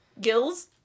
Gills